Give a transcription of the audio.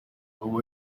ubu